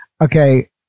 Okay